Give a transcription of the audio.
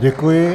Děkuji.